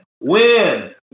Win